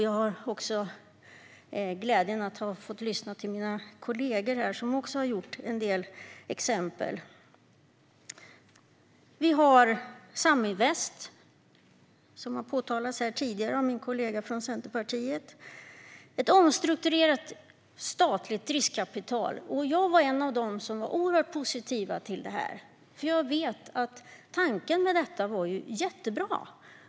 Jag har haft glädjen att lyssna till mina kollegor, som också har gett en del exempel. Vi har Saminvest, som min kollega i Centerpartiet påpekat, ett omstrukturerat statligt riskkapital. Jag var en av dem som var oerhört positiva till detta, för jag vet att tanken med det var jättebra.